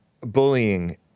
bullying